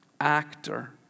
actor